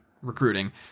Recruiting